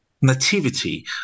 nativity